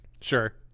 Sure